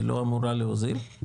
היא לא אמורה להוזיל?